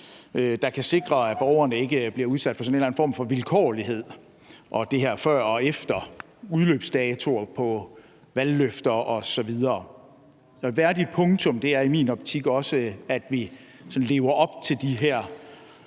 som kan sikre, at borgerne ikke bliver udsat for sådan en eller anden form for vilkårlighed i forhold til det her med før og efter og udløbsdatoer for valgløfter osv. Et værdigt punktum er i min optik også, at vi lever op til de her